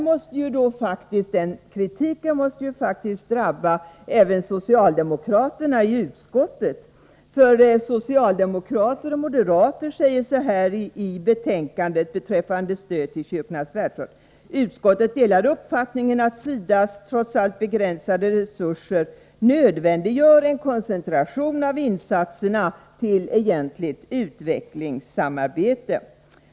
Den kritiken måste faktiskt drabba även socialdemokraterna i utskottet. Socialdemokrater och moderater säger nämligen i betänkandet, beträffande stöd till Kyrkornas världsråd, att utskottet delar ”uppfattningen att SIDA:s trots allt begränsade resurser nödvändiggör en koncentration av insatserna till egentligt utvecklingssamarbete”.